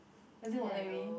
does it work that way